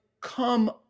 come